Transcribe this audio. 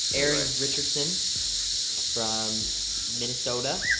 aaron ah richardson from minnesota.